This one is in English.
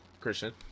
Christian